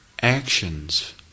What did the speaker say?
actions